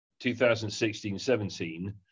2016-17